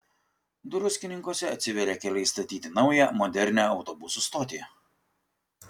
druskininkuose atsiveria keliai statyti naują modernią autobusų stotį